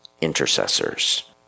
intercessors